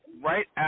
right